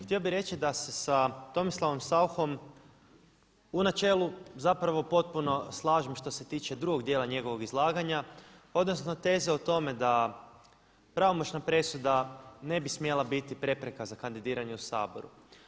Htio bi reći da se sa Tomislavom Sauchom u načelo zapravo potpuno slažem što se tiče drugog djela njegovog izlaganja, odnosno teze o tome da pravomoćna presuda ne bi smjela biti prepreka za kandidiranje u Saboru.